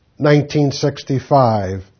1965